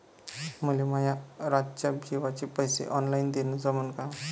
मले माये रातच्या जेवाचे पैसे ऑनलाईन देणं जमन का?